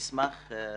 אשמח לשמוע.